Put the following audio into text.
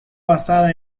basada